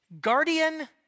guardian